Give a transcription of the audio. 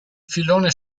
filone